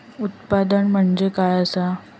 उत्पादन म्हणजे काय असा?